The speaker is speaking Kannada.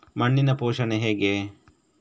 ಮಣ್ಣಿನ ಪೋಷಣೆ ಹೇಗೆ?